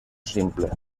simple